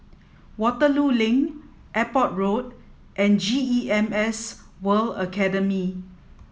Waterloo Link Airport Road and G E M S World Academy